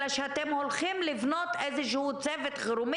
אלא שאתם הולכים לבנות איזשהו צוות חירום.